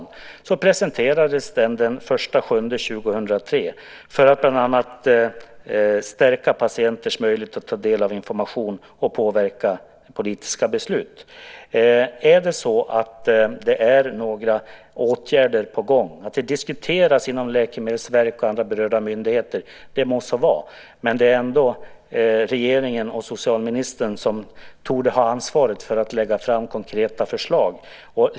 Denna presenterades den 1 juli 2003 för att bland annat stärka patienters möjligheter att ta del av information och påverka politiska beslut. Är några åtgärder på gång? Att det diskuteras inom läkemedelsverk och andra berörda myndigheter må vara. Det är ändå regeringen och socialministern som torde ha ansvaret för att lägga fram konkreta förslag.